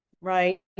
right